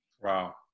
Wow